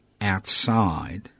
outside